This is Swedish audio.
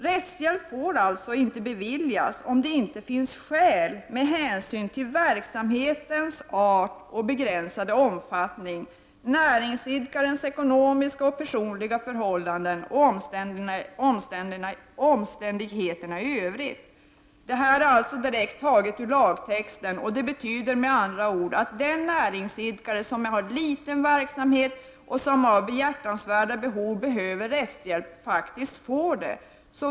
Rättshjälp får inte beviljas, om det inte finns skäl med hänsyn till verksamhetens art och begränsade omfattning, näringsidkarens ekonomiska och personliga förhållanden och omständigheterna i övrigt. Detta är direkt taget ur lagtexten, och det betyder med andra ord att den näringsidkare som har liten verksamhet och behjärtansvärt behov av rättshjälp faktiskt får det.